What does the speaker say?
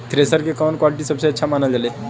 Thresher के कवन quality सबसे अच्छा मानल जाले?